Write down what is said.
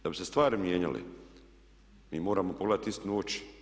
Da bi se stvari mijenjale mi moramo pogledati istinu u oči.